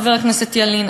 חבר הכנסת ילין,